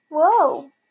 Whoa